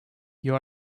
you